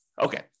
Okay